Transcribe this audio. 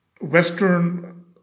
Western